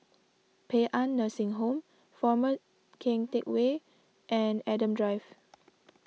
Paean Nursing Home former Keng Teck Whay and Adam Drive